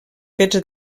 fets